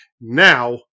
Now